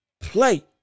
play